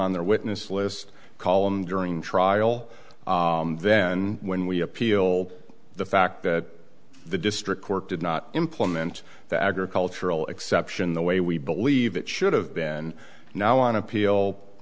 on their witness list column during trial then when we appeal the fact that the district court did not implement the agricultural exception the way we believe it should have been now on appeal